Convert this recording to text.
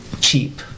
cheap